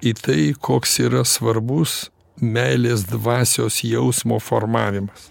į tai koks yra svarbus meilės dvasios jausmo formavimas